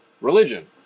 religion